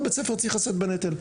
כל בית ספר צריך לשאת בנטל.